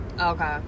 Okay